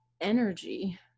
energy